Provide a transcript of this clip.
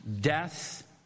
death